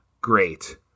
great